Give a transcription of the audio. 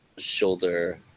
shoulder